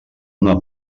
una